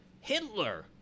Hitler